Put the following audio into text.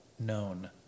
known